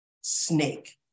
Snake